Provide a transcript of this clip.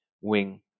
wing